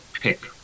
pick